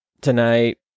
tonight